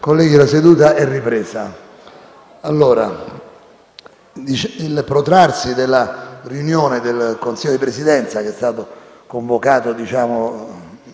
colleghi, la seduta è ripresa. Il protrarsi della riunione del Consiglio di Presidenza, che è stato convocato